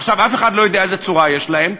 עכשיו, אף אחד לא יודע איזו צורה יש להם.